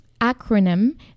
acronym